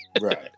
Right